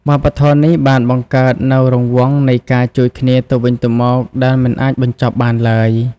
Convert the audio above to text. វប្បធម៌នេះបានបង្កើតនូវរង្វង់នៃការជួយគ្នាទៅវិញទៅមកដែលមិនអាចបញ្ចប់បានឡើយ។